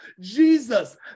Jesus